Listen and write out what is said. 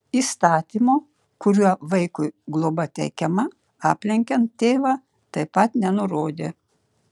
įstatymo kuriuo vaikui globa teikiama aplenkiant tėvą taip pat nenurodė